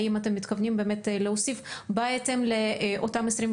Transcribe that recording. והאם אתם מתכוונים באמת להוסיף בהתאם לאותם 28